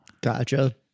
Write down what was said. Gotcha